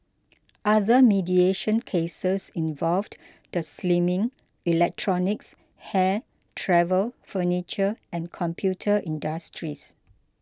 other mediation cases involved the slimming electronics hair travel furniture and computer industries